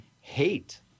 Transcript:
hate